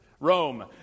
Rome